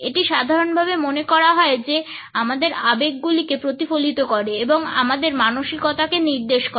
এটি সাধারণভাবে মনে করা হয় যে তারা আমাদের আবেগ গুলিকে প্রতিফলিত করে এবং আমাদের মানসিকতাকে নির্দেশ করে